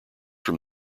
from